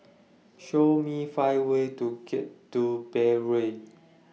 Show Me five ways to get to Beirut